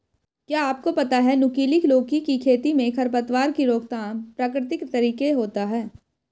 क्या आपको पता है नुकीली लौकी की खेती में खरपतवार की रोकथाम प्रकृतिक तरीके होता है?